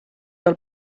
del